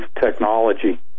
technology